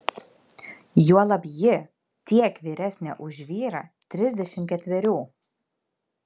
juolab ji tiek vyresnė už vyrą trisdešimt ketverių